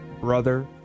brother